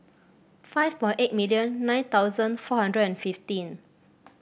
five four eight million nine thousand four hundred and fifteen